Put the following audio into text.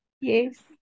Yes